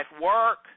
work